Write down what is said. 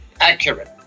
accurate